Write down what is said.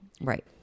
Right